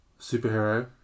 superhero